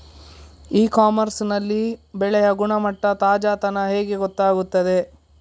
E commerce ನಲ್ಲಿ ಬೆಳೆಯ ಗುಣಮಟ್ಟ, ತಾಜಾತನ ಹೇಗೆ ಗೊತ್ತಾಗುತ್ತದೆ?